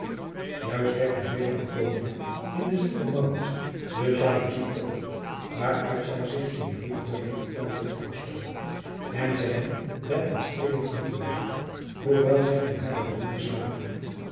juist wekte hierdoor antonia in de ziel van maurits de jaloezij op waaruit zij zich eene heviger liefdevlam durfde voorspellen en zij nam met een streelend genoegen waar hoe wel zij in hare bedoeling slaagde